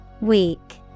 Weak